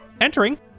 Entering